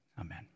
amen